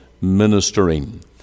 ministering